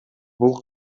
бул